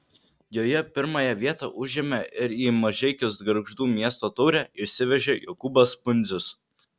joje pirmąją vietą užėmė ir į mažeikius gargždų miesto taurę išsivežė jokūbas pundzius